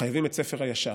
חייבים את ספר הישר,